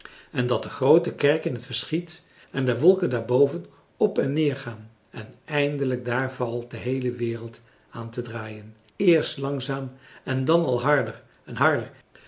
en dat de groote kerk in t verschiet en de wolken daarboven op en neer gaan en eindelijk daar vangt de heele wereld aan te draaien eerst langzaam en dan al harder en harder